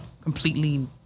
completely